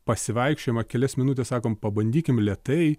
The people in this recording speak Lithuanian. pasivaikščiojimą kelias minutes sakom pabandykim lėtai